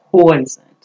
poisoned